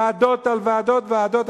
ועדות על ועדות, ועדות.